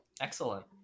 Excellent